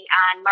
on